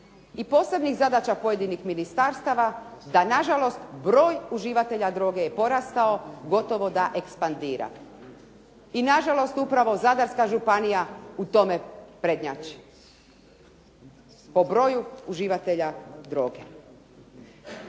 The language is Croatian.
i posebnih zadaća pojedinih ministarstava da nažalost broj uživatelja droge je porastao, gotovo da ekspandira. I nažalost, upravo Zadarska županija u tome prednjači po broju uživatelja droge.